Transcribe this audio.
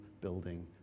building